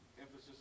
emphasis